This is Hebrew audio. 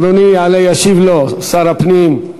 אדוני יעלה וישיב לו, שר הפנים.